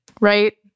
Right